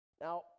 Now